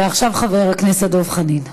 ועכשיו, חבר הכנסת דב חנין.